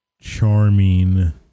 charming